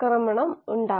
കോളിയുടെ E